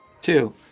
Two